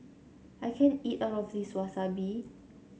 I can't eat all of this Wasabi